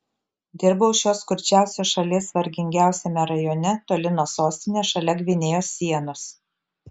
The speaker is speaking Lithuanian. dirbau šios skurdžiausios šalies vargingiausiame rajone toli nuo sostinės šalia gvinėjos sienos